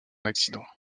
accident